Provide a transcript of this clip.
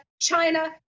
China